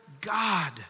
God